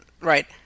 right